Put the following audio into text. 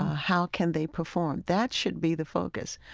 how can they perform. that should be the focus.